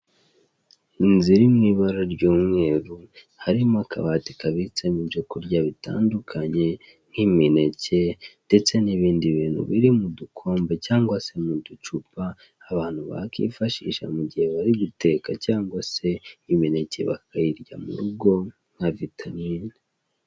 Inzu iri mu ibara ry'umweru, harimo akabati kabitsemo ibyo kurya bitandukanye nk'imineke, ndetse n'ibindi bintu biri mu dukombe cyangwa se mu ducupa, abantu bakifashisha mu gihe bari guteka cyangwa se imineka bakayirya mu rugo nka vitamine.